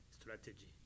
strategy